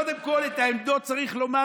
קודם כול את העמדות צריך לומר,